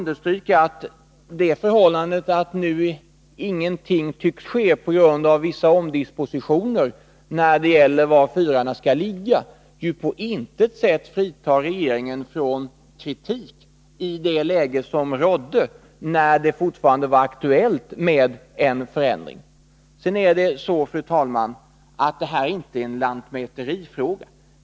Det förhållandet att ingenting nu tycks ske på grund av vissa omdispositioner när det gäller var fyren skall ligga fritar ju på intet sätt regeringen från kritik i det läge som rådde när det fortfarande var aktuellt med en förändring. Det här är inte, fru talman, en lantmäterifråga.